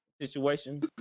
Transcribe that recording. situation